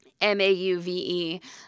m-a-u-v-e